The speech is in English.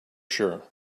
sure